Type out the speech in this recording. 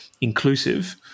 inclusive